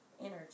energy